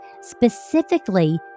specifically